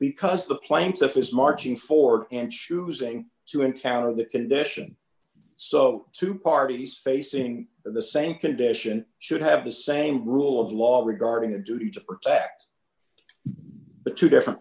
because the plaintiff is marching forward and choosing to encounter that condition so two parties facing the same condition should have the same rule of law regarding a duty to protect but two different